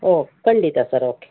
ಹೋ ಖಂಡಿತ sir okay